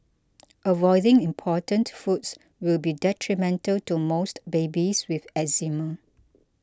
avoiding important foods will be detrimental to most babies with eczema